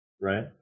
Right